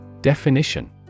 Definition